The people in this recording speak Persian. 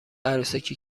عروسکی